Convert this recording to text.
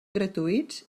gratuïts